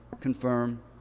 confirm